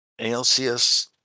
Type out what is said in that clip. ALCS